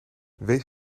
wees